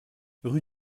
rue